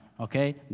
Okay